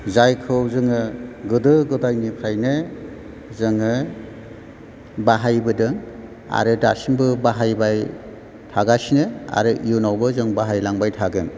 जायखौ जोङो गोदो गोदायनिफ्रायनो जोङो बाहायबोदों आरो दासिमबो बाहायबाय थागासिनो आरो इयुनावबो जों बाहायलांबाय थागोन